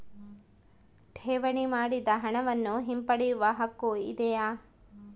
ಠೇವಣಿ ಮಾಡಿದ ಹಣವನ್ನು ಹಿಂಪಡೆಯವ ಹಕ್ಕು ಇದೆಯಾ?